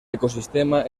ecosistema